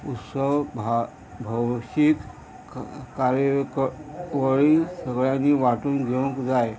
उत्सव भा भौशीक कार्यकळी सगळ्यांनी वांटून घेवंक जाय